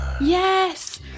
Yes